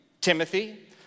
Timothy